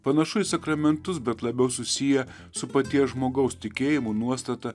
panašu į sakramentus bet labiau susiję su paties žmogaus tikėjimu nuostata